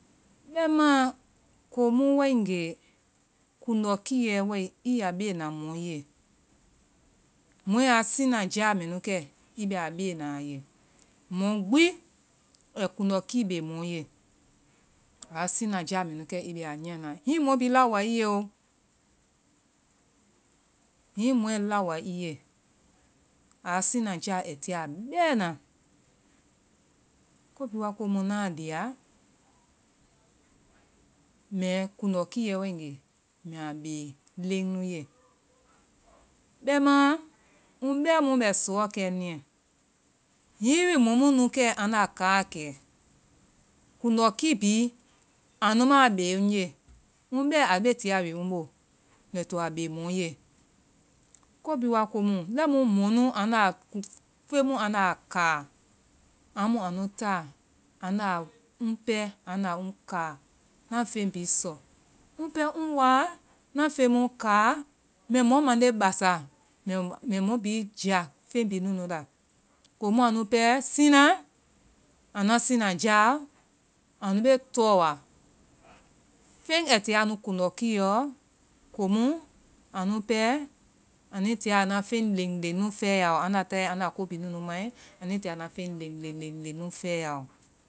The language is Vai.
Bɛma komu wae nge, kuŋdɔkiiɛ wae nge, i ya be na mɔ ye, mɔɛ a sinaja mɛ nu kɛ i bɛ a bena a ye. Mɔ gbi, ai kuŋdɔkii be mɔ ye, aa siŋnaja mɛ nu kɛ i bɛ a nyiia na. Hiŋi mɔ bi laowa ii ye o. Hiŋi mɔɛ laowa i ye, a siŋnaja ai tia bɛna. Ko bhii wa komu na lia mbɛ kuŋdɔkiiɛ wae nge mɛa be leŋnu ye. Bɛma mu bɛ mu bɛ suuɔ kɛ niiɛ, hiŋiwi mɔm mu nu kɛ anda kaakɛ, kuŋdɔkiiɛ bi, anu ma be ŋje, ŋ bɛ a be tia wi n bomɛ o abe mɔ ye. Ko bi wa komu lɛi mu, mɔnu-kiimu anda kaa, amu anu taa ŋ pɛ anda ŋ ka, na feŋ bi sɔ. Ŋ pɛ ŋ wa na feŋmu ka, mɛ mɔ mande basa. Mɛ- mɛ mɔ bi jia feŋ bi nunu la. Komu anu pɛ siŋna, anua siŋnaja, anu be tɔwa. Pɛŋ a tia anu kuŋdɔkiiɛɔ komu anu pɛ anui tia anua feŋ leŋ leŋ nu fɛ ya ɔ. Anda taae, anda ko bi nunu mae, nui tia anua feŋ leŋ leŋ leŋ nu fɛ ya ɔ.